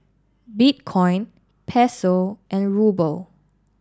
Bitcoin Peso and Ruble